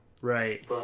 right